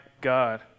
God